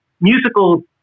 musical